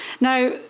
Now